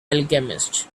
alchemist